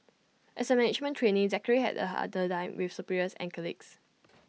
as A management trainee Zachary had A harder time with superiors and colleagues